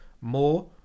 more